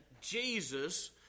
Jesus